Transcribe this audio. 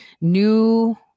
new